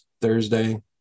Thursday